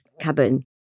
cabin